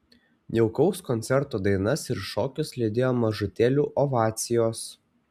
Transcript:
jaukaus koncerto dainas ir šokius lydėjo mažutėlių ovacijos